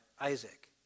Isaac